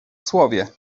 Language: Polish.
słowie